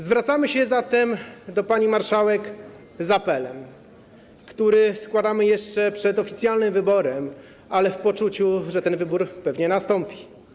Zwracamy się zatem do pani marszałek z apelem, który kierujemy jeszcze przed oficjalnym wyborem, ale w poczuciu, że ten wybór pewnie nastąpi.